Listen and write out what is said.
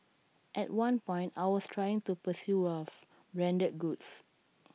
at one point I was trying to pursue wealth branded goods